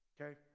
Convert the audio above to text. okay